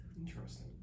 Interesting